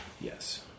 yes